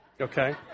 okay